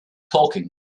talking